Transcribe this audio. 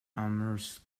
amherst